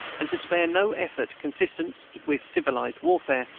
and to spare no effort, consistent with civilized warfare,